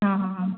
हां हां हां